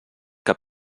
que